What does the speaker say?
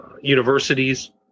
universities